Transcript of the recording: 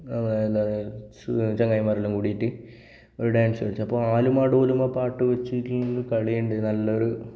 ചങ്ങാതിമാരെല്ലാം കൂടിയിട്ട് ഒരു ഡാൻസ് കളിച്ചു അപ്പോൾ ആലുമ ഡോലുമാ പാട്ട് വച്ചിട്ട് കളിയുണ്ട് നല്ലൊരു